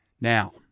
Now